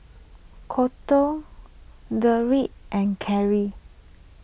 Kolton Derrek and Carry